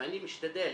ואני משתדל,